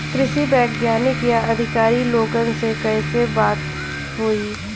कृषि वैज्ञानिक या अधिकारी लोगन से कैसे बात होई?